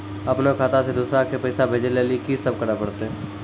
अपनो खाता से दूसरा के पैसा भेजै लेली की सब करे परतै?